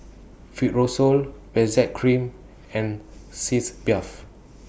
Fibrosol Benzac Cream and Sitz Bath